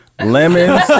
lemons